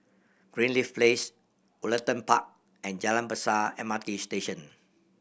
Greenleaf Place Woollerton Park and Jalan Besar M R T Station